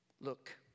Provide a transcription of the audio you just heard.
Look